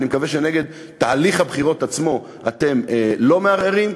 אני מקווה שנגד תהליך הבחירות עצמו אתם לא מערערים.